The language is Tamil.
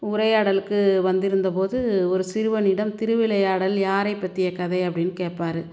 உரையாடலுக்கு வந்திருந்தபோது ஒரு சிறுவனிடம் திருவிளையாடல் யாரை பற்றிய கதை அப்படின் கேட்பாரு